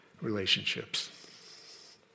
relationships